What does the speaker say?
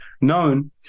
known